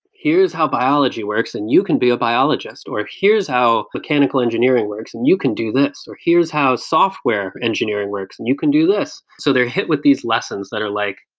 here's how biology works and you can be a biologist, or ah here's how mechanical engineering works and you can do this, or here's how software engineering works and you can do this. so they're hit with these lessons that are like,